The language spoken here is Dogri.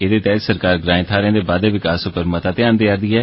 एह्दे तैह्त सरकार ग्रांए थाहरे दे बाद्दे विकास उप्पर मता ध्यान देआ रदी ऐ